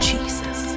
Jesus